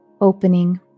opening